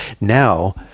Now